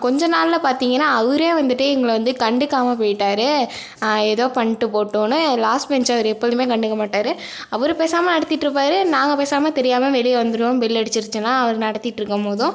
கொஞ்ச நாளில் பார்த்திங்கன்னா அவரே வந்துட்டு எங்களை வந்து கண்டுக்காமல் போயிட்டார் ஏதோ பண்ணிட்டு போகட்டுன்னு லாஸ்ட் பெஞ்ச்சை அவர் எப்பொழுதுமே கண்டுக்க மாட்டார் அவர் பேசாமல் நடத்திட்டிருப்பாரு நாங்கள் பேசாமல் தெரியாமல் வெளியே வந்துடுவோம் பெல் அடிச்சிருச்சின்னால் அவர் நடத்திட்டிருக்கும் போதும்